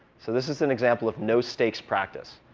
so this is an example of no-stakes practice.